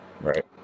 Right